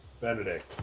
Benedict